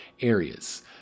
areas